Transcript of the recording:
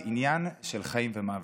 זה עניין של חיים ומוות.